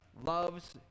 loves